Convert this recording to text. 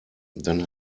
dann